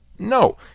No